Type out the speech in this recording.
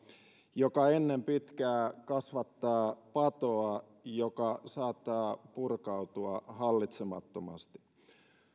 joka ennen pitkää kasvattaa patoa joka saattaa purkautua hallitsemattomasti